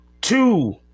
two